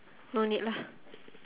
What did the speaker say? no need lah